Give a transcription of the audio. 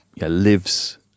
lives